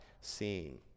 seen